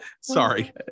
Sorry